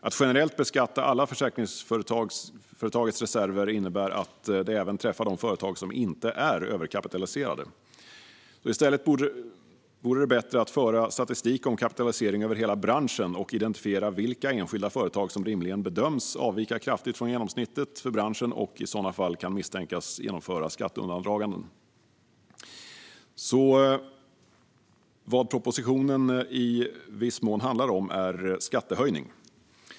Att generellt beskatta alla försäkringsföretagets reserver innebär att man träffar även de företag som inte är överkapitaliserade. Det vore bättre att i stället föra statistik över kapitalisering i hela branschen och identifiera vilka enskilda företag som rimligen bedöms avvika kraftigt från genomsnittet för branschen och i sådana fall kan misstänkas genomföra skatteundandraganden. Vad propositionen i viss mån handlar om är alltså en skattehöjning.